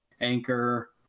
anchor